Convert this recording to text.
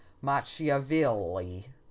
Machiavelli